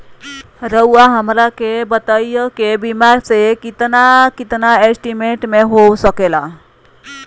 रहुआ हमरा के बताइए के बीमा कितना से कितना एस्टीमेट में हो सके ला?